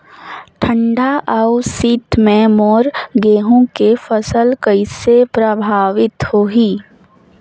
ठंडा अउ शीत मे मोर गहूं के फसल कइसे प्रभावित होही?